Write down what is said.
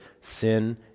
sin